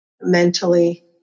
mentally